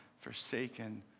forsaken